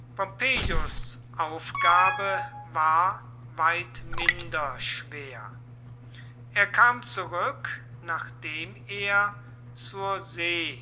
aufgabe war weit minder schwer er kam zurück nachdem er zur see